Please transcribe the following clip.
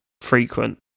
frequent